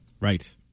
right